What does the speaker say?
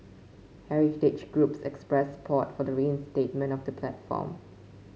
heritage groups expressed support for the reinstatement of the platform